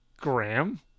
Graham